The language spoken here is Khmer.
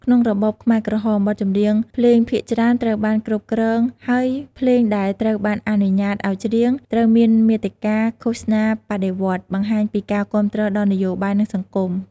ក្នុងរបបខ្មែរក្រហម បទចម្រៀងភ្លេងភាគច្រើនត្រូវបានគ្រប់គ្រង ហើយភ្លេងដែលត្រូវបានអនុញ្ញាតឲ្យច្រៀងត្រូវមានមាតិកាឃោសនាបដិវត្តន៍ បង្ហាញពីការគាំទ្រដល់នយោបាយ និងសង្គម។